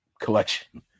collection